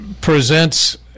presents